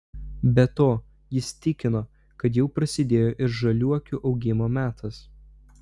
be to jis tikino kad jau prasidėjo ir žaliuokių augimo metas